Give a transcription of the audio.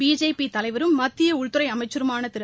பிஜேபிதலைவரும் மத்திய உள்துறை அமைச்சருமான திரு